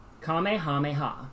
Kamehameha